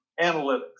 analytics